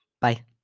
Bye